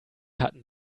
hatten